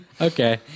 Okay